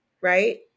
right